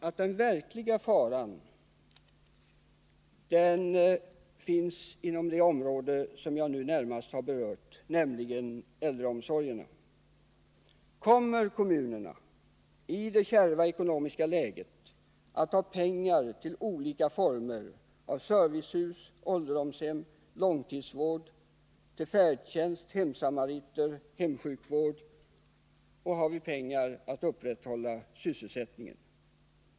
Men den verkliga faran i det avseendet, herr talman, tror jag ligger inom det område som jag nyss berörde, nämligen äldreomsorgen. Kommer kommunerna att i ett kärvt ekonomiskt läge ha pengar till olika former av servicehus, till ålderdomshem och långtidsvård? Kommer de att ha pengar till färdtjänst, hemsamariter, hemsjukvård och sysselsättning för de äldre?